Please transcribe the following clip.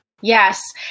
Yes